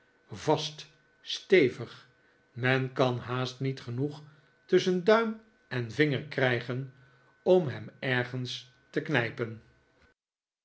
vast stevig men kan haast niet genoeg tusschen duim en vinger krijgen om hem ergens te knijpen